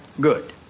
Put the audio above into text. Good